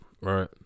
right